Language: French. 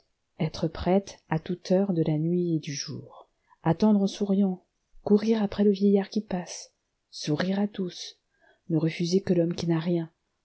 être prête à toute heure de la nuit et du jour attendre en souriant courir après le vieillard qui passe sourire à tous ne refuser que l'homme qui n'a rien se